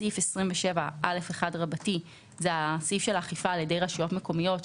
סעיף 27א1 זה הסעיף של האכיפה על ידי רשויות מקומיות.